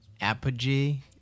Apogee